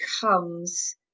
comes